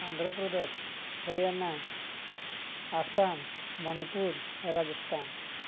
Andhra Pradesh Haryana Assam Manipur Rajasthan